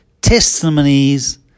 testimonies